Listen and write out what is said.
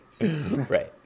Right